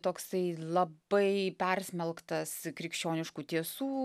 toksai labai persmelktas krikščioniškų tiesų